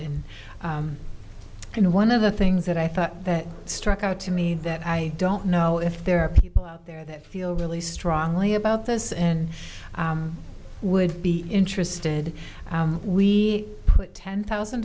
and one of the things that i thought that struck out to me that i don't know if there are people out there that feel really strongly about this and would be interested we put ten thousand